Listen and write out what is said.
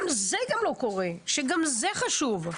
גם זה כבר לא קורה וגם זה חשוב.